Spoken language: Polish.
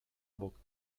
bok